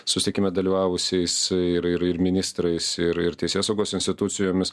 susitikime dalyvavusiais ir ir ir ministrais ir ir teisėsaugos institucijomis